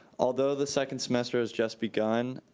although the second semester is just begun,